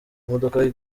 imodoka